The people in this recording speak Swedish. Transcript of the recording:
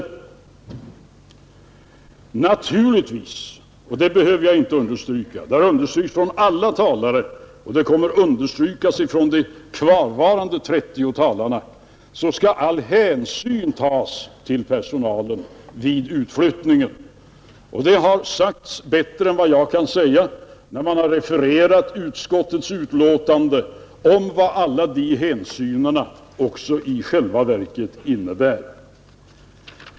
Naturligtvis — det behöver jag inte understryka, ty det har anförts av alla talare och det kommer att understrykas av de kvarvarande 30 talarna — skall all hänsyn tas till personalen vid utflyttningen. Det har sagts bättre än vad jag kan säga när man har refererat utskottets uttalande om vad alla de hänsynen också i själva verket innebär.